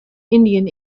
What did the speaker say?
indian